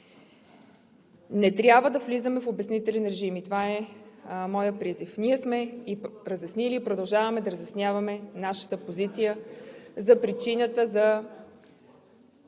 Не трябва да влизаме в обяснителни режими. Това е моят призив. Ние сме разяснили и продължаваме да разясняваме нашата позиция за причината за